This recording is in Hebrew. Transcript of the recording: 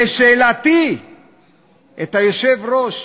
שאלתי את היושב-ראש,